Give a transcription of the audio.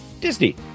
Disney